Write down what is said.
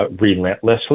relentlessly